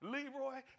Leroy